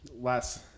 Last